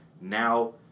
now